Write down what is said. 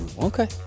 Okay